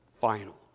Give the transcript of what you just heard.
final